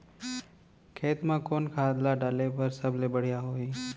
खेत म कोन खाद ला डाले बर सबले बढ़िया होही?